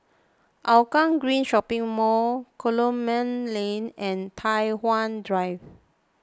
Hougang Green Shopping Mall Coleman Lane and Tai Hwan Drive